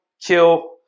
kill